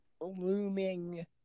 looming